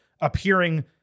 appearing